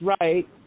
right